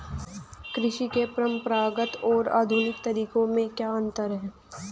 कृषि के परंपरागत और आधुनिक तरीकों में क्या अंतर है?